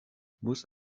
muss